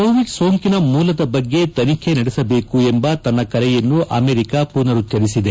Covid ಸೋಂಕಿನ ಮೂಲದ ಬಗ್ಗೆ ತನಿಖೆ ನಡೆಸಬೇಕು ಎಂಬ ತನ್ನ ಕರೆಯನ್ನು ಅಮೆರಿಕ ಮನರುಚ್ವರಿಸಿದೆ